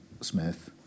Smith